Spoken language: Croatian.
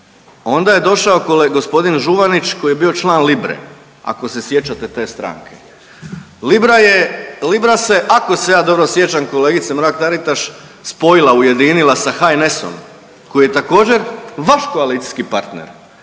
onda je došao g. Žuvanić koji je bio član Libre, ako se sjećate te stranke. Libra je, Libra se ako se ja dobro sjećam kolegice Mrak-Taritaš spojila, ujedinila sa HNS-om koji je također vaš koalicijski partner,